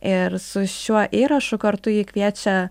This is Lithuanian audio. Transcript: ir su šiuo įrašu kartu ji kviečia